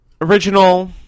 original